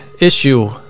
issue